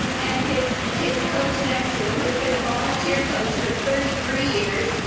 and his his coach next to him who has been a volunteer coach for thirty three years,